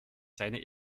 seine